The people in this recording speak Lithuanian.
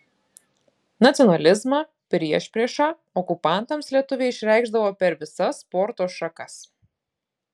nacionalizmą priešpriešą okupantams lietuviai išreikšdavo per visas sporto šakas